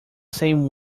same